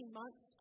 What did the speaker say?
months